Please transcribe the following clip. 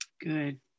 good